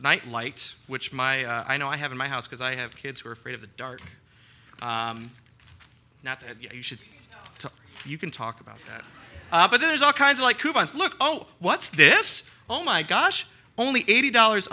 night light which my i know i have in my house because i have kids who are afraid of the dark not that you should you can talk about that but there's all kinds of like coupons look oh what's this oh my gosh only eighty dollars